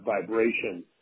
vibration